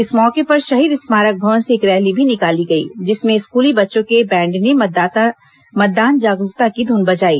इस मौके पर शहीद स्मारक भवन से एक रैली भी निकाली गई जिसमें स्कूली बच्चों के बैंड ने मतदान जागरूकता की ध्न बजाई